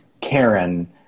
Karen